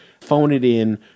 phone-it-in